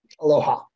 Aloha